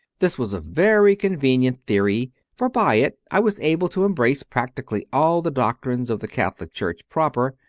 this was a very convenient theory, for by it i was able to embrace practically all the doctrines of the catholic church proper,